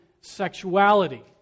sexuality